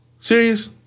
Serious